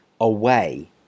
away